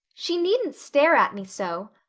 she needn't stare at me so,